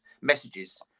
messages